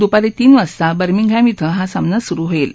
दुपारी तीन वाजता बर्मिंगहॅम इथं हा सामना सुरु होईल